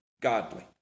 godly